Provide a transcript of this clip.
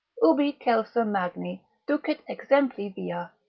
ubi celsa magni ducit exempli via,